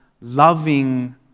loving